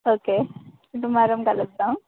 okay tomorrow కలుద్దాం